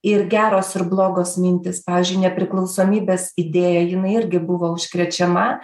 ir geros ir blogos mintys pavyzdžiui nepriklausomybės idėja jinai irgi buvo užkrečiama